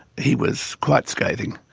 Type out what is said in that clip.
he was quite scathing.